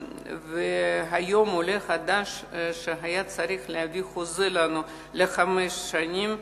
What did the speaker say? והיום עולה חדש שהיה צריך להביא לנו חוזה לחמש שנים,